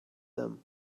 them